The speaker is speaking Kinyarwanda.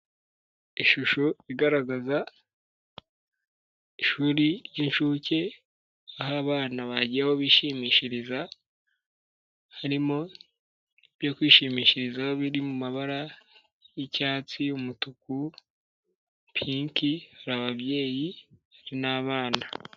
Ishusho igaragaza ishuri ry'incuke aho abana bagiye aho bishimishiriza harimo ibyo kwishimishirizaho biri mabara y'icyatsi, umutuku, pinki, hari ababyeyi n'abana.